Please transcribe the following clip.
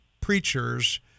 preachers